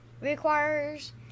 Requires